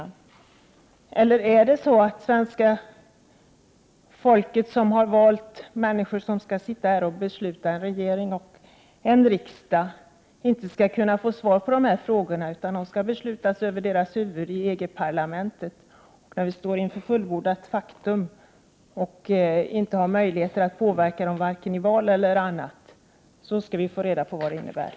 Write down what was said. Skall inte svenska folket, som har valt den regering och riksdag som har att besluta, kunna få svar på de här frågorna, eller skall besluten fattas över dess huvud i EG-parlamentet, när man står inför fullbordat faktum och inte har möjlighet att påverka dem vare sig genom val eller annat? Är det då som vi skall få reda på vad detta innebär?